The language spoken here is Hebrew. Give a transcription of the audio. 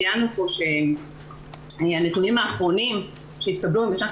ציינו פה שהנתונים האחרונים שהתקבלו בשנת